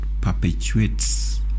perpetuates